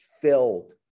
filled